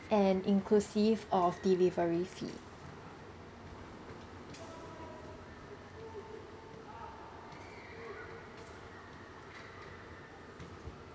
and inclusive of delivery fee